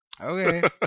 Okay